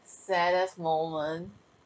saddest moment